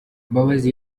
mbabazi